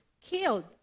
killed